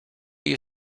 you